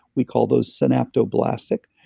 we call those synaptoblastic.